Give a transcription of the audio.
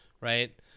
right